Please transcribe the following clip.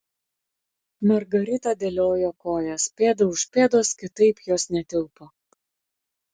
margarita dėliojo kojas pėda už pėdos kitaip jos netilpo